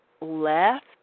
left